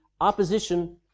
Opposition